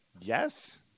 Yes